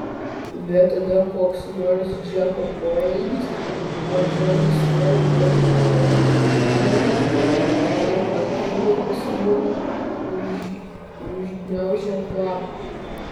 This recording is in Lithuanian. bet tada koks nors džeko poelgis ar žodis vėl man ją primena ir akimirksniu užgniaužia kvapą